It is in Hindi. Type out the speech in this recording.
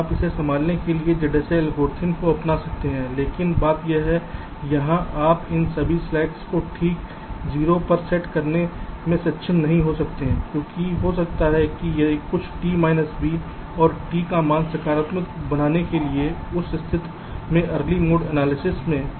और आप इसे संभालने के लिए ZSA एल्गोरिथ्म को अपना सकते हैं लेकिन बात यह है कि यहां आप इन सभी स्लैक्स को ठीक 0 पर सेट करने में सक्षम नहीं हो सकते हैं क्योंकि हो सकता है कि कुछ t v और t मान नकारात्मक बनने के लिए उस स्थिति में अर्ली मोड एनालिसिस में